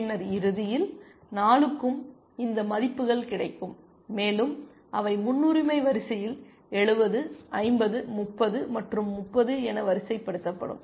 பின்னர் இறுதியில் 4 க்கும் இந்த மதிப்புகள் கிடைக்கும் மேலும் அவை முன்னுரிமை வரிசையில் 70 50 30 மற்றும் 30 என வரிசைப்படுத்தப்படும்